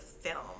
film